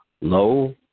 low